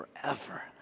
forever